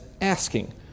asking